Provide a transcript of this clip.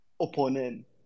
opponent